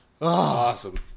Awesome